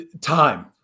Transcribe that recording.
time